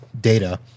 data